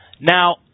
Now